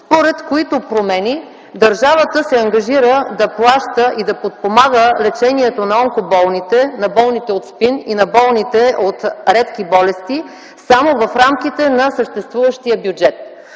според които промени държавата се ангажира да плаща и да подпомага лечението на онкоболните, на болните от СПИН и на болните от редки болести само в рамките на съществуващия бюджет.